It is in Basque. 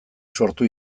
sortu